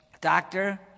doctor